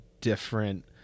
different